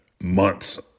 months